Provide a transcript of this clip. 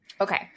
Okay